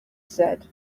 said